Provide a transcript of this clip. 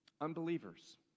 unbelievers